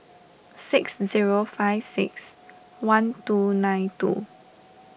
six zero five six one two nine two